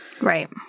Right